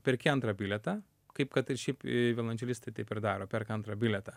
perki antrą bilietą kaip kad ir šiaip violončelistai taip ir daro perka antrą bilietą